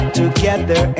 together